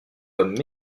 comme